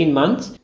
months